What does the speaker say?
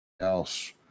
else